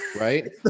Right